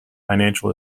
financial